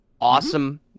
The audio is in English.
Awesome